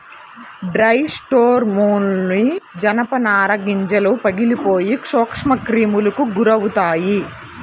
dry స్టోర్రూమ్లోని జనపనార గింజలు పగిలిపోయి సూక్ష్మక్రిములకు గురవుతాయి